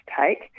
take